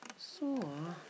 so ah